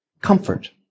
Comfort